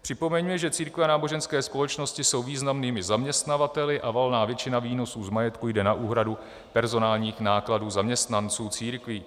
Připomeňme, že církve a náboženské společnosti jsou významnými zaměstnavateli a valná většina výnosů z majetku jde na úhradu personálních nákladů zaměstnanců církví.